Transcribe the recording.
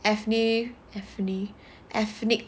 ethnic ethnic